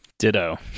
Ditto